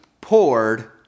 poured